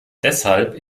deshalb